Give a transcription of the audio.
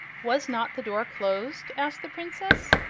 was not the door closed? asked the princess.